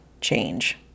change